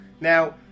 Now